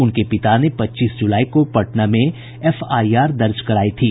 उनके पिता ने पच्चीस जुलाई को पटना में एफ आई आर दर्ज कराई थी